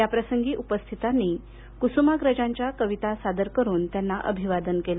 याप्रसंगी उपस्थितांनी कुसुमाग्रजांच्या कविता सादर करून त्यांना अभिवादन केलं